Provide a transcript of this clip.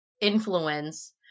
influence